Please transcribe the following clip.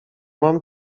mam